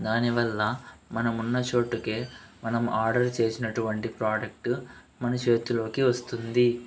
దానివల్ల మనం ఉన్న చోటుకే మనం ఆర్డర్ చేసినటువంటి ప్రోడక్ట్ మన చేతిలోకి వస్తుంది